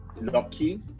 lucky